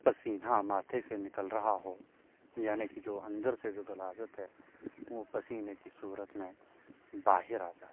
پسینہ ماتھے سے نکل رہا ہو یعنی کہ جو اندر سے جو غلاظت ہے وہ پسینے کی صورت میں باہر آ جاتی ہے